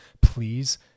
please